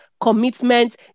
commitment